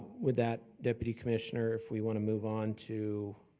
with that, deputy commissioner, if we wanna move on to,